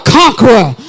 conqueror